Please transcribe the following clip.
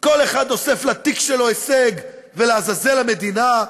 כל אחד אוסף לתיק שלו הישג, ולעזאזל המדינה,